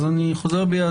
אז אני חוזר בי.